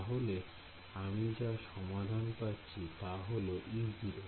তাহলে আমি যা সমাধান পাচ্ছি তা হল E0